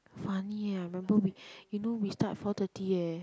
funny ah I remember we you know we start four thirty eh